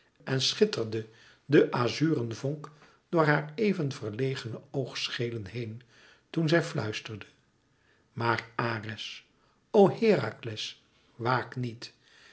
en schitterde de azuren vonk door haar even verlegene oogscheelen heen toen zij fluisterde maar ares o herakles waakt niet